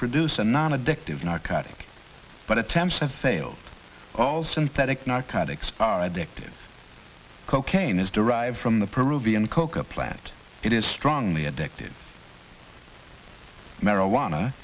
produce a non addictive narcotic but attempts have failed all synthetic narcotics addictive cocaine is derived from the peruvian coca plant it is strongly addictive marijuana